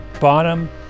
bottom